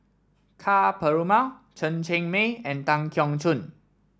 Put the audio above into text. Ka Perumal Chen Cheng Mei and Tan Keong Choon